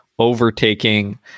overtaking